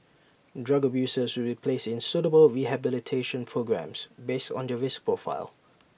drug abusers will be placed in suitable rehabilitation programmes based on their risk profile